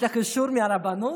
יש לך אישור מהרבנות?